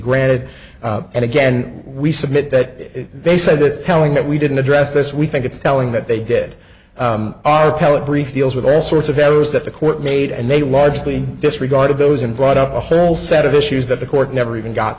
granted and again we submit that they said it's telling that we didn't address this we think it's telling that they did our appellate brief deals with all sorts of errors that the court made and they largely disregard of those and brought up a whole set of issues that the court never even got